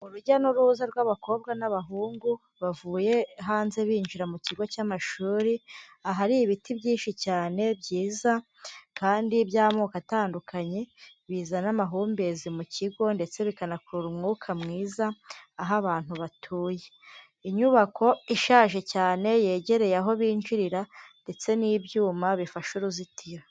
Urujya n'uruza rw'abakobwa n'abahungu, bavuye hanze binjira mu kigo cy'amashuri, ahari ibiti byinshi cyane byiza, kandi by'amoko atandukanye, bizana amahumbezi mu kigo, ndetse bikanakurura umwuka mwiza, aho abantu batuye. Inyubako ishaje cyane yegereye aho binjirira, ndetse n'ibyuma bifashe uruzitiro.